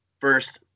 first –